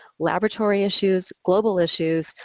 laboratory issues, global issues,